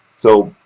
so